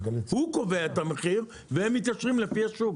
הוא קובע את המחיר והן מתיישרות כלפי השוק.